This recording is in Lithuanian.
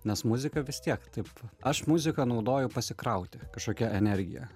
nes muzika vis tiek taip aš muziką naudoju pasikrauti kažkokia energija